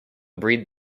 breed